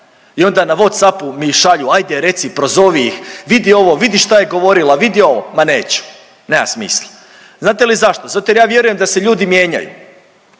i onda na WhatsAppu mi šalju ajde reći, prozovi ih. Vidi ovo, vidi šta je govorila, vidi ovo. Ma neću, nema smisla. Znate li zašto? Zato jer ja vjerujem da se ljudi mijenjaju,